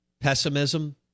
pessimism